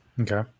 Okay